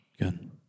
Good